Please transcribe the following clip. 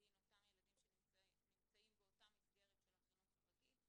כדין אותם ילדים שנמצאים באותה מסגרת של החינוך הרגיל.